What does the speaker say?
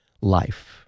life